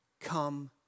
come